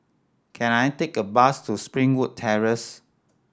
can I take a bus to Springwood Terrace